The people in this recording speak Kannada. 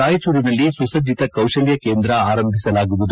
ರಾಯಚೂರಿನಲ್ಲಿ ಸುಸಜ್ಜಿತ ಕೌಶಲ್ತ ಕೇಂದ್ರ ಆರಂಭಿಸಲಾಗುವುದು